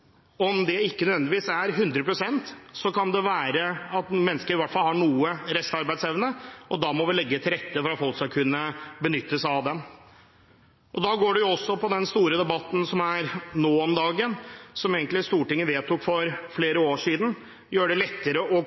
i hvert fall har noe restarbeidsevne. Da må vi legge til rette for at folk skal kunne benytte seg av den. Den store debatten nå om dagen dreier seg om noe som Stortinget egentlig vedtok for flere år siden – å gjøre det lettere å